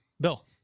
bill